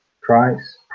price